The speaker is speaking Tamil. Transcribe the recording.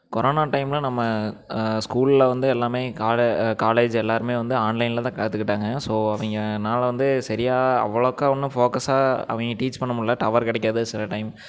கொரோனா டைமில் நம்ம ஸ்கூலில் வந்து எல்லாமே காலே காலேஜ் எல்லாருமே வந்து ஆன்லைனில் தான் கற்றுக்கிட்டாங்க ஸோ நீங்கள் நான் வந்து சரியாக அவ்வளோக்கா ஒன்றும் ஃபோக்கஸாக அவங்க டீச் பண்ணமுடில டவர் கிடைக்காது சில டைம்